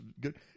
good